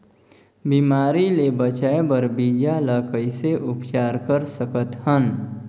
बिमारी ले बचाय बर बीजा ल कइसे उपचार कर सकत हन?